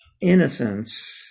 innocence